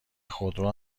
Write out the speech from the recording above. خودرو